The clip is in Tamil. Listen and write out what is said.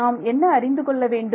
நான் என்ன அறிந்து கொள்ள வேண்டும்